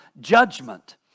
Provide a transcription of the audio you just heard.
judgment